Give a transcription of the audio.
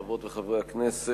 חברות וחברי הכנסת,